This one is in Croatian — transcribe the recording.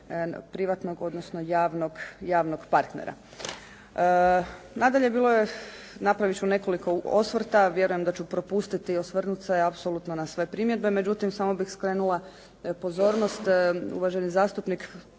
privatnog, odnosno javnog, javnog partnera. Nadalje, bilo je, napraviti ću nekoliko osvrta, vjerujem da ću propustiti osvrnuti se apsolutno na sve primjedbe, međutim, samo bih skrenula pozornost, uvaženi zastupnik